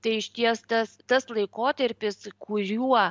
tai išties tas tas laikotarpis kuriuo